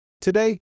Today